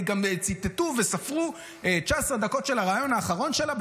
גם ציטטו וספרו 19 דקות של הריאיון האחרון שלה,